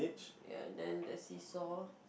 ya then the seesaw